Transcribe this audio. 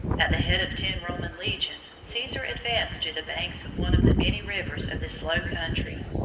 at the head of ten roman legions caesar advanced to the banks of one of the many rivers of this low country.